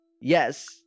Yes